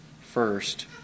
first